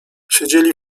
siedzieli